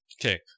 Okay